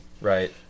Right